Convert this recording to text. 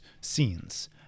scenes